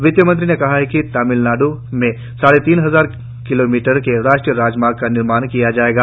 वित्तमंत्री ने कहा कि तमिलनाड् में साढ़े तीन हजार किलोमीटर के राष्ट्रीय राजमार्ग का निर्माण किया जायेगा